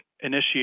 initiate